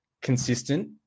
consistent